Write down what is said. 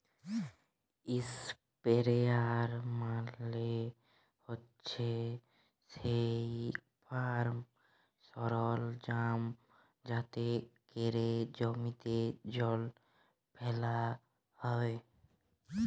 ইসপেরেয়ার মালে হছে সেই ফার্ম সরলজাম যাতে ক্যরে জমিতে জল ফ্যালা হ্যয়